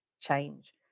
change